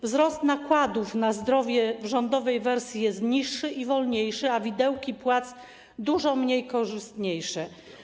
Wzrost nakładów na zdrowie w rządowej wersji jest niższy i wolniejszy, a widełki płac dużo mniej korzystne.